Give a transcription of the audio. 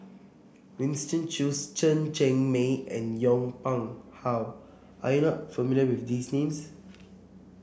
Winston Choos Chen Cheng Mei and Yong Pung How are you not familiar with these names